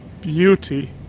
beauty